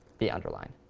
the underline.